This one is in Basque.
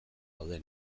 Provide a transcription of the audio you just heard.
gaude